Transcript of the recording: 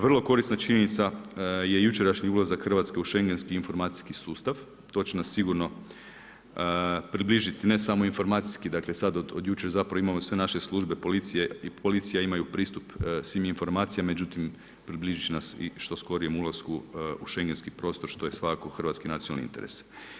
Vrlo korisna činjenica je jučerašnji ulazak Hrvatske u schengenski informacijski sustav, to će nas sigurno približiti ne samo informacijski, dakle sad od jučer imamo sve naše službe policija ima pristup svim informacijama, međutim približit će nas i što skorijem ulasku u schengenski prostor, što je svakako hrvatski nacionalni interes.